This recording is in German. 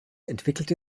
entwickelte